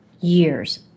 years